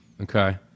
Okay